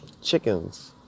Chickens